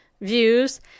views